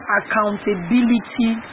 accountability